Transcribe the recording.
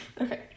Okay